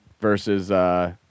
versus –